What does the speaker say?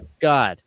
God